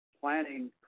planning